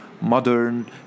modern